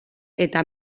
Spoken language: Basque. eta